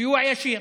סיוע ישיר.